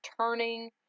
turning